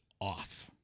off